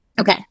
Okay